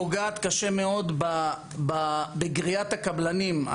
פוגעת קשה מאוד בגריעת הקבלנים.